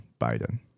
Biden